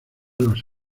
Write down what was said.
los